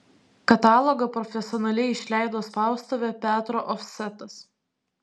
katalogą profesionaliai išleido spaustuvė petro ofsetas